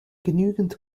genügend